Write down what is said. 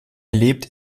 lebt